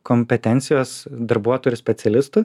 kompetencijos darbuotojų ir specialistų